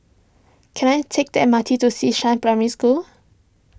can I take the M R T to Xishan Primary School